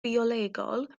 biolegol